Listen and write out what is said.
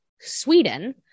sweden